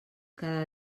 cada